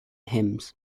hymns